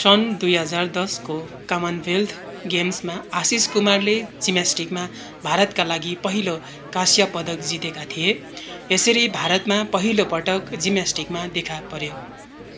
सन् दुई हजार दसको कमन वेल्थ गेम्समा आशिष कुमारले जिम्न्यास्टिकमा भारतका लागि पहिलो कास्य पदक जितेका थिए यसरी भारतमा पहिलो पटक जिम्न्यास्टिकमा देखा पर्यो